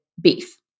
beef